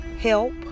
help